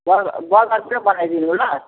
बर बर्गर पनि बनाइदिनू ल